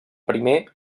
primer